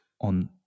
on